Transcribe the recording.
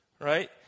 right